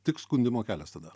tik skundimo kelias tada